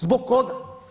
Zbog koga?